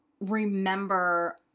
remember